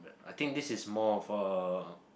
I think this is more of a